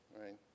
right